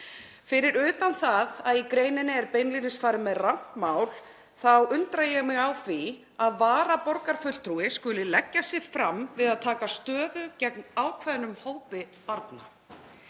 Fyrir utan það að í greininni er beinlínis farið með rangt mál þá undra ég mig á því að varaborgarfulltrúi skuli leggja sig fram við að taka stöðu gegn ákveðnum hópi barna.